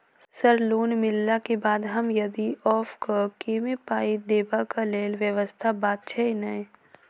Sir loan मिलला केँ बाद हम यदि ऑफक केँ मे पाई देबाक लैल व्यवस्था बात छैय नै?